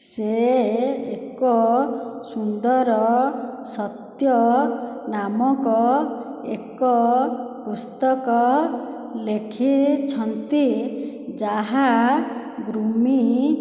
ସେ ଏକ ସୁନ୍ଦର ସତ୍ୟ ନାମକ ଏକ ପୁସ୍ତକ ଲେଖିଛନ୍ତି ଯାହା ଗ୍ରୁମିଂ